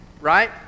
right